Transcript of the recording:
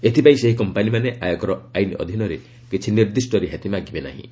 ଏଥିପାଇଁ ସେହି କମ୍ପାନୀମାନେ ଆୟକର ଆଇନ୍ ଅଧୀନରେ କିଛି ନିର୍ଦ୍ଦିଷ୍ଟ ରିହାତି ମାଗିବେ ନାହିଁ